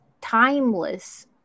timeless